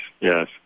yes